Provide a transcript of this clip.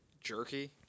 Jerky